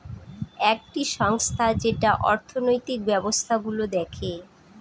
একটি সংস্থা যেটা অর্থনৈতিক ব্যবস্থা গুলো দেখে